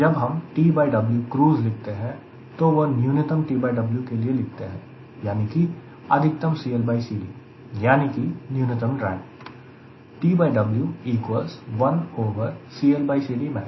जब हम TW cruise लिखते हैं तो वह न्यूनतम TW के लिए लिखते है यानी कि अधिकतम CLCD यानी कि न्यूनतम ड्रैग